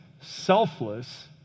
selfless